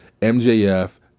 MJF